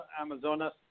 Amazonas